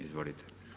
Izvolite.